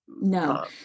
No